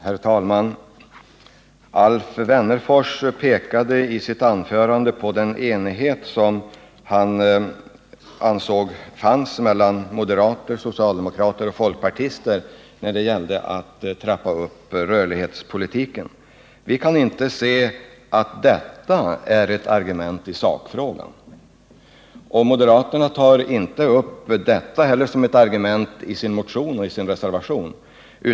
Herr talman! Alf Wennerfors pekade i sitt anförande på den enighet som han ansåg rådde mellan moderater, socialdemokrater och folkpartister när det gällde att trappa upp rörlighetspolitiken. Jag kan inte se att detta är ett argument i sakfrågan. Moderaterna tar inte heller upp det som ett argument i sin motion och reservation.